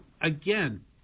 again